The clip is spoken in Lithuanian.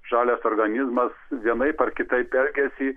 žalias organizmas vienaip ar kitaip elgiasi